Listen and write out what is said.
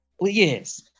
Yes